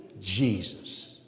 Jesus